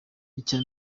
icya